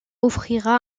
offrira